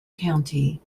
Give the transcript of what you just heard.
county